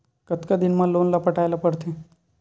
कतका दिन मा लोन ला पटाय ला पढ़ते?